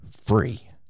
free